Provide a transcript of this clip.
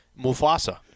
Mufasa